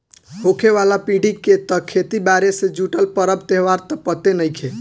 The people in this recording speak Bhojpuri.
होखे वाला पीढ़ी के त खेती बारी से जुटल परब त्योहार त पते नएखे